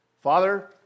Father